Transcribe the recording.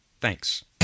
Thanks